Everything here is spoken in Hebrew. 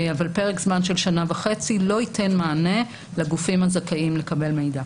אבל פרק זמן של שנה וחצי לא ייתן מענה לגופים הזכאים לקבל מידע.